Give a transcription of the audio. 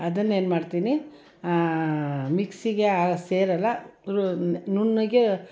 ಅದನ್ನ ಏನ್ಮಾಡ್ತೀನಿ ಮಿಕ್ಸಿಗೆ ಸೇರೋಲ್ಲ ನುಣ್ಣಗೆ